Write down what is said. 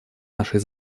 нашей